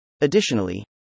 Additionally